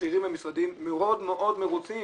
בכירים מהמשרדים והם מאוד מאוד מרוצים